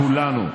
כולנו.